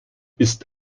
ist